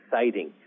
exciting